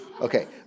Okay